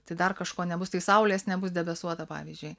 tai dar kažko nebus tai saulės nebus debesuota pavyzdžiui